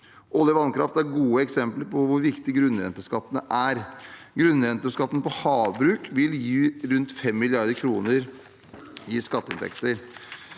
Olje og vannkraft er gode eksempler på hvor viktig grunnrenteskattene er. Grunnrenteskatten på havbruk vil gi rundt 5 mrd. kr i skatteinntekter.